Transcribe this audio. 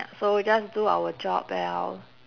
ya so just do our job well